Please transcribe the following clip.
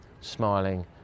smiling